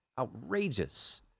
Outrageous